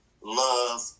love